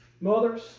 Mothers